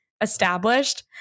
established